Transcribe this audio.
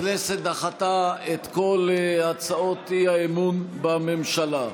הכנסת דחתה את כל הצעות האי-אמון בממשלה.